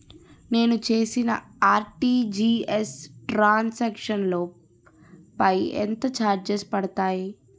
నేను చేసిన RTGS transaction లో పై ఎంత చార్జెస్ పడతాయి?